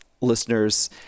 listeners